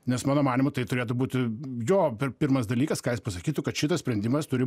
nes mano manymu tai turėtų būti jo per pirmas dalykas ką jis pasakytų kad šitas sprendimas turi